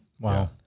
wow